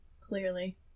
Clearly